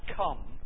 come